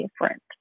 different